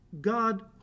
God